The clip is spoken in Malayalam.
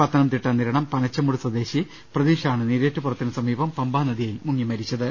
പത്തനംതിട്ട നിരണം പനച്ചമൂട് സ്വദേശി പ്രതീഷാണ് നീരേറ്റുപുറ ത്തിന് സമീപം പമ്പാനദിയിൽ മുങ്ങി മരിച്ചത്